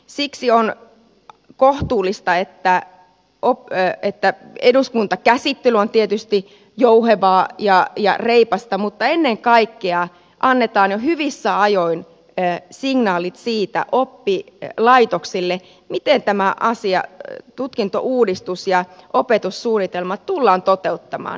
siksi on kohtuullista että eduskuntakäsittely on tietysti jouhevaa ja reipasta mutta ennen kaikkea annetaan jo hyvissä ajoin signaalit siitä oppilaitoksille miten tämä asia tutkintouudistus ja opetussuunnitelmat tullaan toteuttamaan